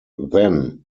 then